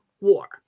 war